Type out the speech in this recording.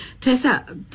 Tessa